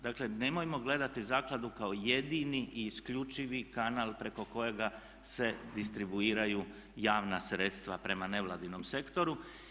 Dakle, nemojmo gledati zakladu kao jedini i isključivi kanal preko kojega se distribuiraju javna sredstva prema nevladinom sektoru.